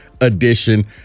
edition